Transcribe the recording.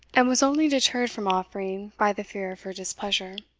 and was only deterred from offering by the fear of her displeasure.